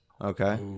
Okay